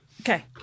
Okay